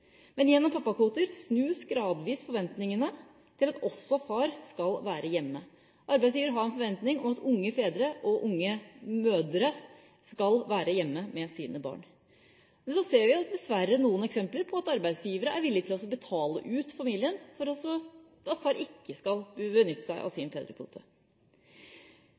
Men gjennom pappakvoter snus gradvis forventningene – til at også far skal være hjemme. Arbeidsgiver har en forventning om at unge fedre og unge mødre skal være hjemme med sine barn, men vi ser dessverre noen eksempler på at arbeidsgivere er villige til å betale, slik at far ikke skal benytte seg av sin